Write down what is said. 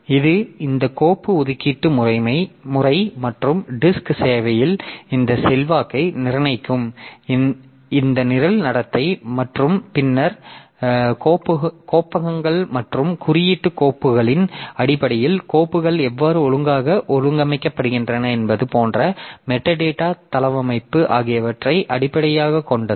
இது இந்த கோப்பு ஒதுக்கீட்டு முறை மற்றும் டிஸ்க் சேவையில் இந்த செல்வாக்கை நிர்ணயிக்கும் இந்த நிரல் நடத்தை மற்றும் பின்னர் கோப்பகங்கள் மற்றும் குறியீட்டு கோப்புகளின் அடிப்படையில் கோப்புகள் எவ்வாறு ஒழுங்காக ஒழுங்கமைக்கப்படுகின்றன என்பது போன்ற மெட்டாடேட்டா தளவமைப்பு ஆகியவற்றை அடிப்படையாகக் கொண்டது